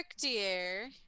dear